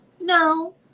No